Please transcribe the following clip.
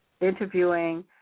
interviewing